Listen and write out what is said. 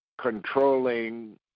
controlling